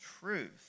truth